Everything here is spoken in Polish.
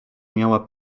miała